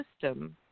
system